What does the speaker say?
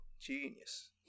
Genius